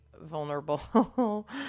vulnerable